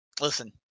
listen